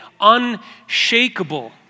unshakable